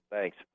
Thanks